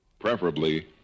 preferably